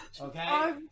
okay